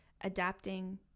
adapting